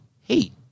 hate